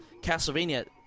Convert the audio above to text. Castlevania